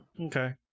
Okay